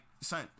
son